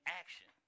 action